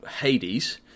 hades